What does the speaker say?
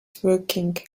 working